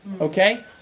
Okay